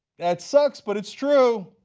that sucks, but it's true.